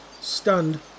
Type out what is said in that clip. stunned